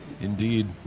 Indeed